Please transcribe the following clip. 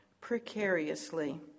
precariously